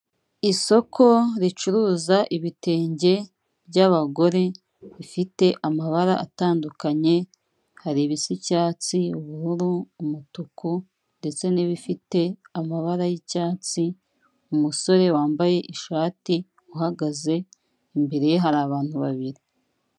Isoko ricuruza ibitenge by'abagore bifite amabara atandukanye, hari ibisa icyatsi, ubururu, umutuku, ndetse nib'ifite amabara y'icyatsi. Umusore wambaye ishati uhagaze imbere ye hari abantu babiri.